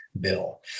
bill